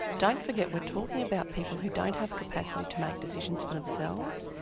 don't forget, we're talking about people who don't have capacity to make decisions for themselves.